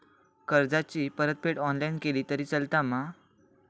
कर्जाची परतफेड ऑनलाइन केली तरी चलता मा?